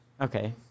Okay